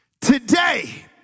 Today